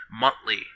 monthly